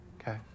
Okay